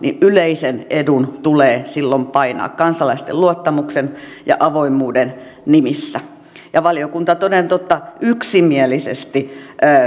yleisen edun tulee silloin painaa kansalaisten luottamuksen ja avoimuuden nimissä ja valiokunta toden totta yksimielisesti